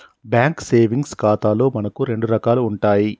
bank savings ఖాతాలు మనకు రెండు రకాలు ఉంటాయి